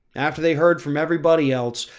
after they heard from everybody else,